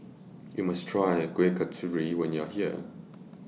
YOU must Try Kuih Kasturi when YOU Are here